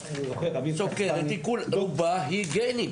סוכרת היא רובה בגנים,